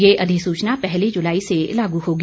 यह अधिसूचना पहली जुलाई से लागू होगी